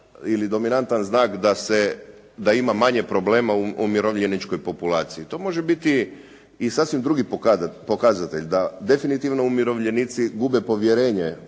ili dominantan znak da ima manje problema u umirovljeničkoj populaciji. To može biti i sasvim drugi pokazatelj, da definitivno umirovljenici gube povjerenje